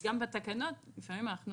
גם בתקנות, לפעמים אנחנו